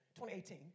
2018